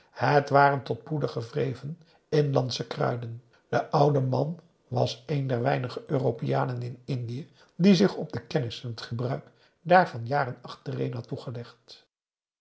het waren tot poeder gewreven inlandsche kruiden de oude man was een der weinige europeanen in indië die zich op de kennis en het gebruik daarvan jaren achtereen had toegelegd